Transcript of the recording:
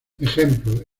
ejemplo